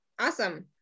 Awesome